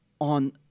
on